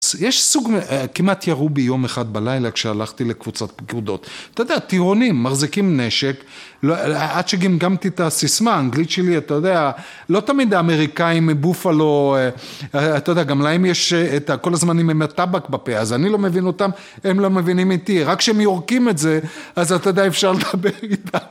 יש סוג, כמעט ירו בי יום אחד בלילה כשהלכתי לקבוצת גרודות, אתה יודע טירונים מחזיקים נשק, עד שגמגמתי את הסיסמה האנגלית שלי, אתה יודע, לא תמיד האמריקאים, בופלו, אתה יודע, גם להם יש את כל הזמנים עם הטבק בפה, אז אני לא מבין אותם, הם לא מבינים איתי, רק כשהם יורקים את זה, אז אתה יודע אפשר לדבר איתם